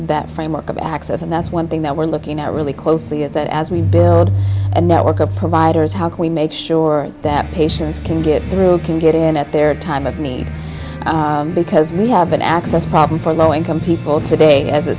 that framework of access and that's one thing that we're looking at really closely is that as we build a network of providers how can we make sure that patients can get through can get in at their time of need because we have an access problem for low income people today as